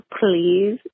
please